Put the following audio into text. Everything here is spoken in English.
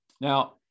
Now